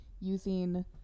using